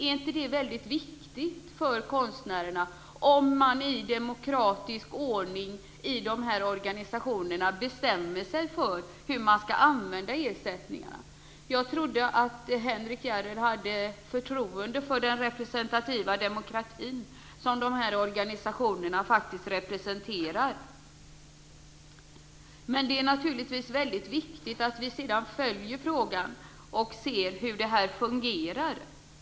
Är det inte viktigt för konstnärerna om man i demokratisk ordning i organisationerna bestämmer sig för hur man skall använda ersättningarna? Jag trodde att Henrik S Järrel hade förtroende för den representativa demokratin, som organisationerna faktiskt representerar. Det är naturligtvis väldigt viktigt att vi sedan följer frågan och ser hur det här fungerar.